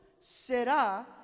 será